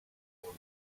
own